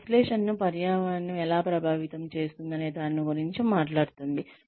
ఇది విశ్లేషణను పర్యావరణం ఎలా ప్రభావితం చేస్తుందనే దాని గురించి మాట్లాడుతుంది